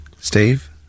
Steve